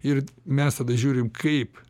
ir mes tada žiūrim kaip